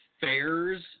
fairs